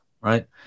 right